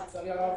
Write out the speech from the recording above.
שלצערי הרב